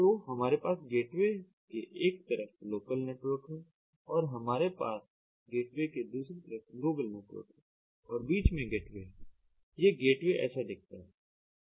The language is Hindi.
तो हमारे पास गेटवे के एक तरफ लोकल नेटवर्क है हमारे पास गेटवे के दूसरी तरफ ग्लोबल नेटवर्क है और बीच में गेटवे है यह गेटवे ऐसा दिखता है